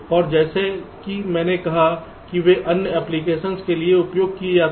और जैसा कि मैंने कहा कि वे अन्य एप्लीकेशन के लिए उपयोग किए जाते हैं